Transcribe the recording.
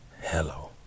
Hello